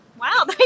Wow